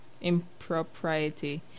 impropriety